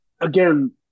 again